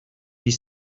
this